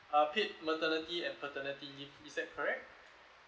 uh paid maternity and paternity leave is that correct